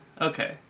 Okay